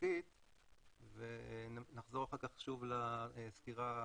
חוקית ונחזור אחר כך שוב לסקירה הכלכלית,